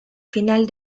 final